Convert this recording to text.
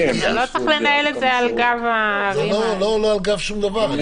לא צריך לנהל את זה על גב --- זה לא על גב שום דבר.